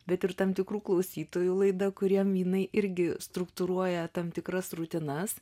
bet ir tam tikrų klausytojų laida kuriem jinai irgi struktūruoja tam tikras rutinas